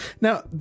now